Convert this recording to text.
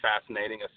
fascinating